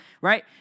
right